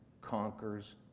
conquers